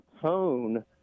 tone